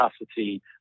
capacity